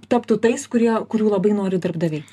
taptų tais kurie kurių labai nori darbdaviai